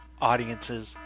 Audiences